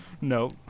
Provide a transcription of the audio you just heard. Nope